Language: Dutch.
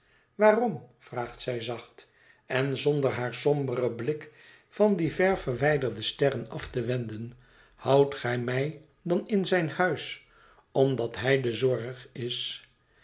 waarom vraagt zij zacht en zonder haar somberen blik van die ver verwijderde sterren af te wenden houdt gij mij dan in zijn huis omdat hij de zorg is